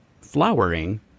flowering